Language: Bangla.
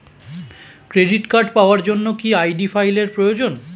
ক্রেডিট কার্ড পাওয়ার জন্য কি আই.ডি ফাইল এর প্রয়োজন?